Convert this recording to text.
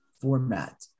format